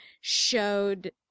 showed